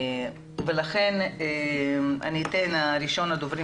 לכן אני אתן לראשון הדוברים